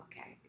Okay